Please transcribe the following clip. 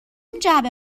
جعبه